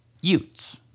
Utes